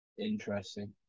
Interesting